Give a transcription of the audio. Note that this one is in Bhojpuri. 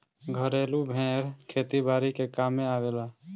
घरेलु भेड़ खेती बारी के कामे आवेले